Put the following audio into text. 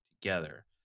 together